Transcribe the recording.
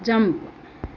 jump